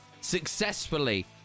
successfully